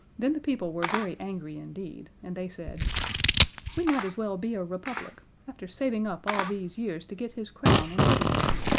then the people were very angry indeed, and they said we might as well be a republic. after saving up all these years to get his crown, and everything!